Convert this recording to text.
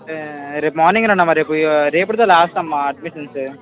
రేపు మార్నింగ్ రండి అమ్మా రేపు రేపటితో లాస్ట్ అమ్మ అడ్మిషన్స్